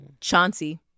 Chauncey